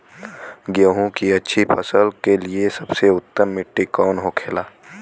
गेहूँ की अच्छी फसल के लिए सबसे उत्तम मिट्टी कौन होखे ला?